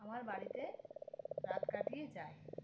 আমার বাড়িতে রাত কাটিয়ে যায়